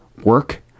work